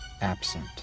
absent